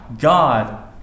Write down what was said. God